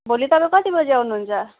भोलि तपाईँ कति बजी आउनुहुन्छ